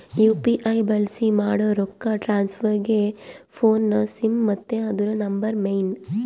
UPI ಬಳ್ಸಿ ಮಾಡೋ ರೊಕ್ಕ ಟ್ರಾನ್ಸ್ಫರ್ಗೆ ಫೋನ್ನ ಸಿಮ್ ಮತ್ತೆ ಅದುರ ನಂಬರ್ ಮೇನ್